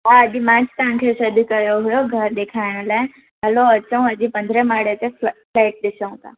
हा अॼु मां ज तव्हां खे सॾु कयो हुयो घरि ॾेखारण लाइ हलो अचो अॼु पंदिरहें माड़े ते फ्ले फ्लेट ॾिसूं था